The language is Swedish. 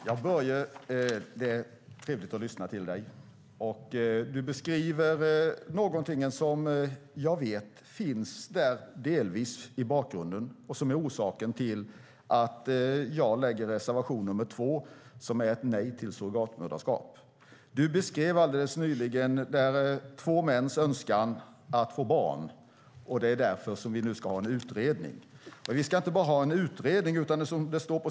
Herr talman! Det är trevligt att lyssna på dig, Börje Vestlund. Du beskriver något som jag vet delvis finns där i bakgrunden och som är orsaken till att jag skrivit reservation 2, som innebär nej till surrogatmoderskap. Du beskrev två mäns önskan att få barn, och därför tillsätts nu en utredning. Men vi ska inte bara ha en utredning.